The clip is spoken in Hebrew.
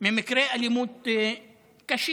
ממקרי אלימות קשים,